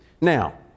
now